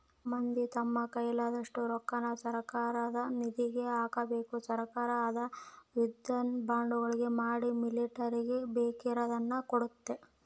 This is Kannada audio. ಮಂದಿ ತಮ್ಮ ಕೈಲಾದಷ್ಟು ರೊಕ್ಕನ ಸರ್ಕಾರದ ನಿಧಿಗೆ ಹಾಕಬೇಕು ಸರ್ಕಾರ ಅದ್ನ ಯುದ್ಧ ಬಾಂಡುಗಳ ಮಾಡಿ ಮಿಲಿಟರಿಗೆ ಬೇಕಿರುದ್ನ ಕೊಡ್ತತೆ